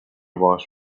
باهاش